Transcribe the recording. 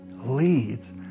leads